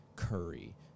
curry